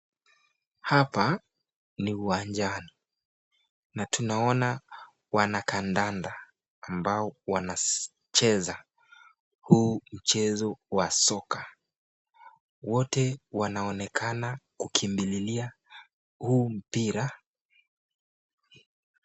Hapa ni uwanjani na tunaona wanakandanda ambao wanacheza huu mchezo wa soka. Wote wanaonekana kukimbililia huu mpira.